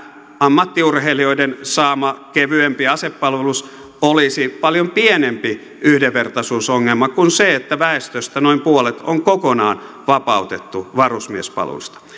ammattiurheilijoiden saama kevyempi asepalvelus olisi paljon pienempi yhdenvertaisuusongelma kuin se että väestöstä noin puolet on kokonaan vapautettu varusmiespalveluksesta